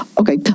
Okay